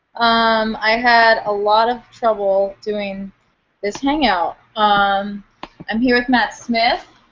um i had a lot of trouble doing this hangout. um i'm here with matt smith.